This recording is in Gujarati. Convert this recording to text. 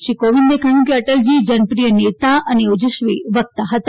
શ્રી કોવિંદે કહયું કે અટલજી જનપ્રિય નેતા અને ઓજસ્વી વકતા હતા